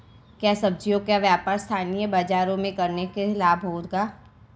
क्या सब्ज़ियों का व्यापार स्थानीय बाज़ारों में करने से लाभ होगा?